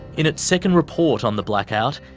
in its second report on the blackout,